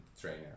trainer